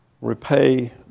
repay